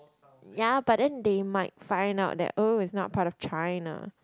ya but then they might find out that oh is not part of China